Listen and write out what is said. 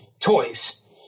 toys